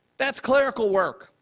that's clerical work.